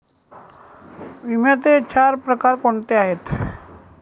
विम्याचे चार प्रकार कोणते आहेत?